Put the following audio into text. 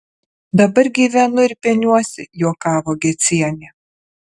dabar gyvenu ir peniuosi juokavo gecienė